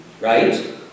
Right